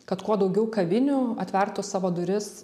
kad kuo daugiau kavinių atvertų savo duris